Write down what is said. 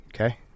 Okay